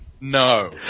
No